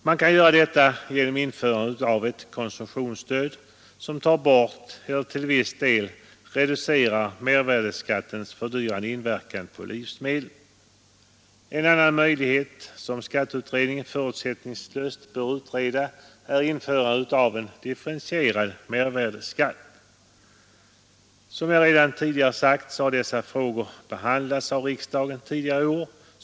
Man kan göra detta genom införandet av ett konsumtionsstöd, som tar bort eller till viss del reducerar mervärdeskattens fördyrande inverkan på livsmedlen. En annan möjlighet som skatteutredningen förutsättningslöst bör utreda är införandet av en differentierad mervärdeskatt. Som jag redan tidigare sagt har dessa frågor behandlats av riksdagen tidigare i år.